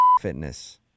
Fitness